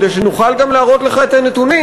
כדי שנוכל גם להראות לך את הנתונים,